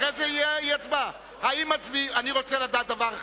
אני רוצה לדעת דבר אחד: